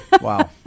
Wow